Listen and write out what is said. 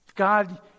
God